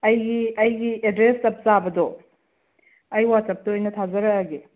ꯑꯩꯒꯤ ꯑꯩꯒꯤ ꯑꯦꯗ꯭ꯔꯦꯁ ꯆꯞ ꯆꯥꯕꯗꯣ ꯑꯩ ꯋꯥꯆꯞꯇ ꯑꯣꯏꯅ ꯊꯥꯖꯔꯛꯂꯒꯦ